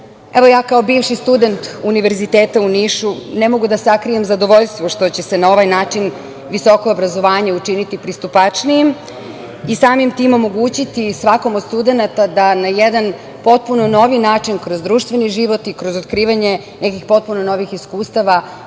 ja kao bivši student univerziteta u Nišu ne mogu da sakrijem zadovoljstvo što će se na ovaj način visoko obrazovanje učiniti pristupačnijim i samim tim omogućiti svakom od studenata da na jedan potpuno novi način, kroz društveni život i kroz otkrivanje nekih potpuno novih iskustava,